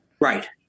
Right